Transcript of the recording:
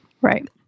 Right